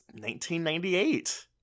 1998